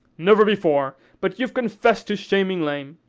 never before. but you've confessed to shamming lame.